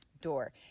door